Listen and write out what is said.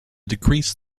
decrease